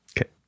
Okay